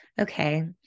okay